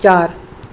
चार